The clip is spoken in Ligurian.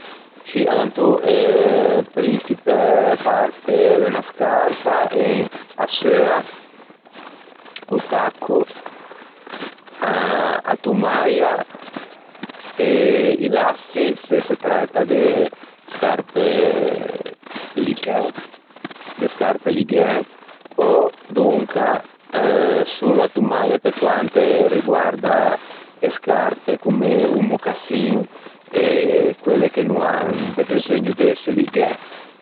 Scì alantô e prinçipæ parte de unna scarpa en a seua, o tacco, a tomaia, eh i lassi se se tratta de scarpe ligæ de scarpe ligæ ò donca solo a tomaia pe quante reguarda e scarpe comme o mocassin e e scarpe che no an de beseugno de ëse ligæ.